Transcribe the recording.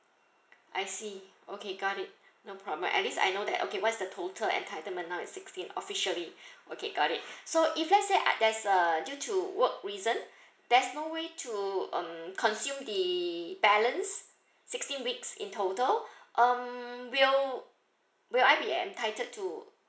I see okay got it no problem at least I know that okay what's the total entitlement now is sixteen officially okay got it so if let's say I there's uh due to work reason there's no way to um consume the balance sixteen weeks in total um will will I be entitled to